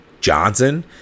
Johnson